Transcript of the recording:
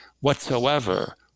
whatsoever